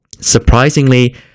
surprisingly